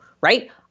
Right